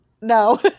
no